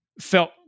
felt